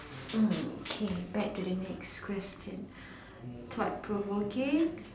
oh okay back to the next question thought provoking